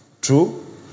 True